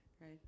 Right